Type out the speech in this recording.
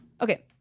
Okay